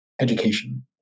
education